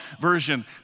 version